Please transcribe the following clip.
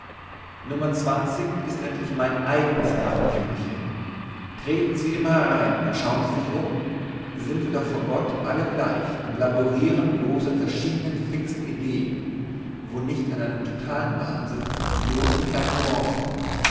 nro ist endlich mein eigenes narrenkämmerchen treten sie immer herein und schauen sie sich um sind wir doch vor gott alle gleich und laboriren blos an verschiedenen fixen ideen wo nicht an einem totalen wahnsinn bloß mit kleinen nuanzen